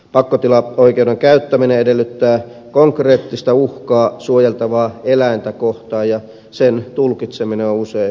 pakkotilaoikeuden käyttäminen edellyttää konkreettista uhkaa suojeltavaa eläintä kohtaan ja sen tulkitseminen on usein hyvin vaikeaa